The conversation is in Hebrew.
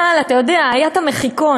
אבל אתה יודע, היה המחיקון.